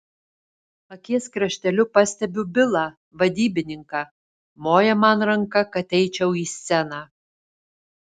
akies krašteliu pastebiu bilą vadybininką moja man ranka kad eičiau į sceną